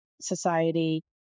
society